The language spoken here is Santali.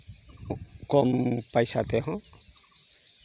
ᱠᱚᱢ ᱯᱚᱭᱥᱟ ᱛᱮᱦᱚᱸ